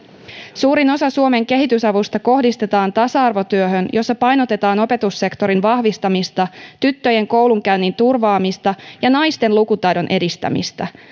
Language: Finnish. suurin osa suomen kehitysavusta kohdistetaan tasa arvotyöhön jossa painotetaan opetussektorin vahvistamista tyttöjen koulunkäynnin turvaamista ja naisten lukutaidon edistämistä